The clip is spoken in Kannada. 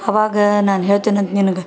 ಅವಾಗ ನಾನು ಹೇಳ್ತಿನಂತೆ ನಿನ್ಗೆ